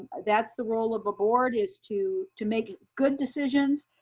that's the role of a board is to to make good decisions,